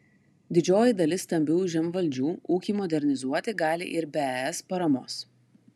didžioji dalis stambiųjų žemvaldžių ūkį modernizuoti gali ir be es paramos